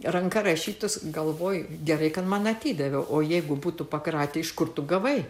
ranka rašytus galvoju gerai kad man atidavė o jeigu būtų pakratę iš kur tu gavai